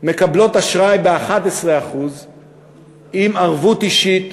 מקבלות אשראי ב-11% עם ערבות אישית,